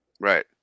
Right